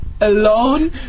alone